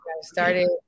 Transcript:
started